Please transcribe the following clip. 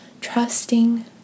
trusting